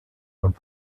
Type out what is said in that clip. und